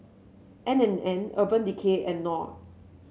N and N Urban Decay and Knorr